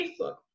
Facebook